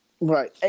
Right